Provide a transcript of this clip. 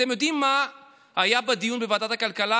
אתם יודעים מה היה בדיון בוועדת הכלכלה,